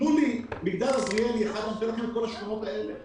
תנו לי מגדל עזריאלי אחד ואני נותן לכם את כל השכונות האלה.